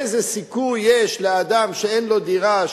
איזה סיכוי יש לאדם שאין לו דירה,